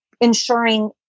ensuring